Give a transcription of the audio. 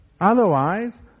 Otherwise